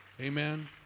Amen